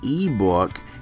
ebook